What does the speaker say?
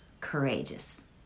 courageous